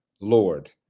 Lord